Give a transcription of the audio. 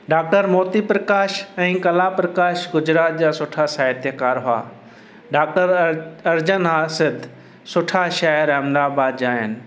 doctor Moti Prakash ऐं कला प्रकाश गुजरात जा सुठा साहित्यकार हुआ डॉक्टर अर अर्जन हासिद सुठा शाइर अहमदाबाद जा आहिनि